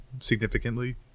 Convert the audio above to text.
significantly